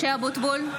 (קוראת בשמות חברי הכנסת) משה אבוטבול,